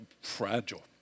fragile